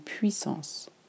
puissance